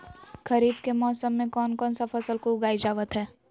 खरीफ के मौसम में कौन कौन सा फसल को उगाई जावत हैं?